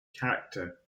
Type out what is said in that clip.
character